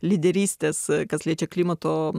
lyderystės kas liečia klimato